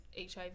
HIV